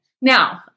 Now